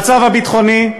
המצב הביטחוני,